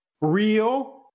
real